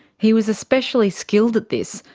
he was especially skilled at this,